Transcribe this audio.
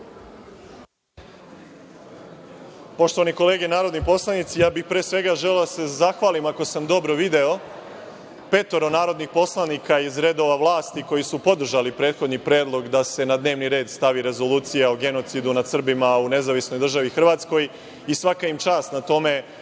Poštovane kolege narodni poslanici, pre svega bih želeo da se zahvalim, ako sam dobro video, petoro narodnih poslanika iz redova vlasti koji su podržali prethodni predlog da se na dnevni red stavi Rezolucija o genocidu nad Srbima u Nezavisnoj državi Hrvatskoj i svaka im čast na tome